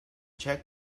czech